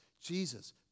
Jesus